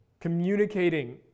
Communicating